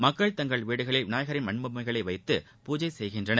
மக்கள் தங்கள் வீடுகளில் விநாயகரின் மண் பொம்மைகளை வைத்து பூஜஜ செய்கிறார்கள்